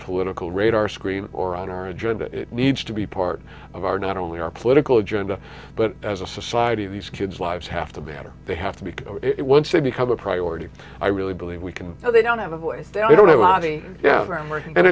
political radar screen or on our agenda it needs to be part of our not only our political agenda but as a society these kids lives have to matter they have to because once they become a priority i really believe we can so they don't have a